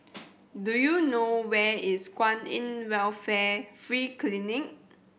do you know where is Kwan In Welfare Free Clinic